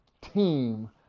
team